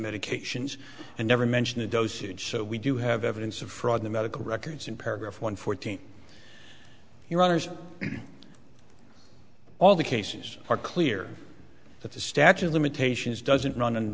medications and never mention the dosage so we do have evidence of fraud the medical records in paragraph one fourteen your honour's all the cases are clear that the statute of limitations doesn't run